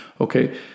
okay